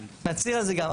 נצהיר על זה גם.